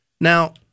Now